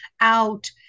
out